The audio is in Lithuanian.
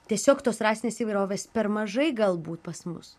tiesiog tos rasinės įvairovės per mažai galbūt pas mus